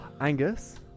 Angus